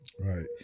Right